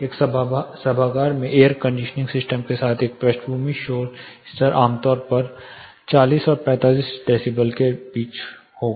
एक सभागार में एयर कंडीशनिंग सिस्टम के साथ एक पृष्ठभूमि शोर स्तर आमतौर पर 40 और 45 डेसीबल के बीच होगा